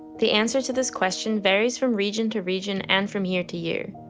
the answer to this question varies from region to region and from year to year.